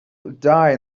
die